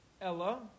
Ella